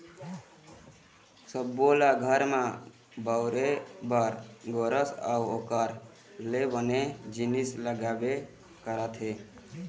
सब्बो ल घर म बउरे बर गोरस अउ ओखर ले बने जिनिस लागबे करथे